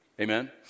Amen